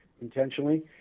intentionally